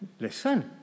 listen